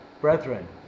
Brethren